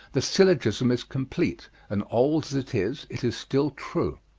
the syllogism is complete, and old as it is it is still true.